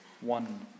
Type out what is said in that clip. one